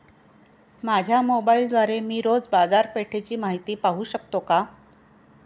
माझ्या मोबाइलद्वारे मी रोज बाजारपेठेची माहिती पाहू शकतो का?